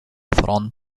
front